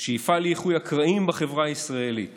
שיפעל לאיחוי הקרעים בחברה הישראלית